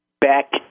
back